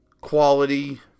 quality